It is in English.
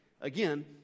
again